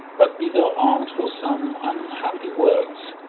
but be thou arm'd for some unhappy words.